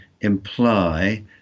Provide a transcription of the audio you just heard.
imply